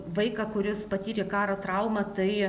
vaiką kuris patyrė karo traumą tai